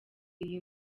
iyi